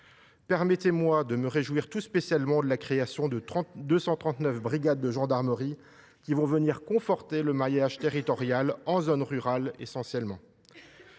Permettez moi de me réjouir tout spécialement de la création de 239 brigades de gendarmerie, qui viennent conforter le maillage territorial, essentiellement